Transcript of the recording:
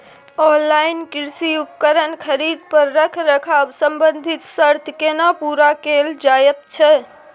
Online कृषि उपकरण खरीद पर रखरखाव संबंधी सर्त केना पूरा कैल जायत छै?